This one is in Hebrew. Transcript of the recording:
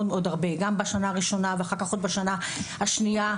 בשנה הראשונה ואחר כך בשנה השנייה.